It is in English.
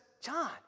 John